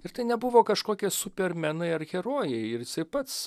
ir tai nebuvo kažkokie supermenai ar herojai ir jisai pats